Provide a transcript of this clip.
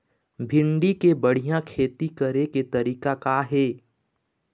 भिंडी के बढ़िया खेती करे के तरीका का हे?